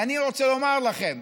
ואני רוצה לומר לכם,